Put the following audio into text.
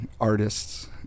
artists